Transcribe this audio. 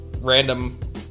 random